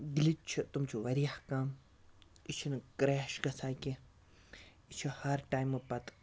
glitch چھُ تِم چھِ واریاہ کَم یہِ چھُنہٕ کرٛیش گژھان کینٛہہ یہِ چھُ ہر ٹایمہٕ پَتہٕ